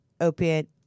opiate